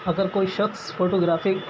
اگر کوئی شخص فوٹوگرافی